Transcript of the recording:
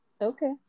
Okay